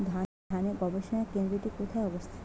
ধানের গবষণা কেন্দ্রটি কোথায় অবস্থিত?